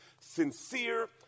sincere